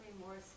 remorse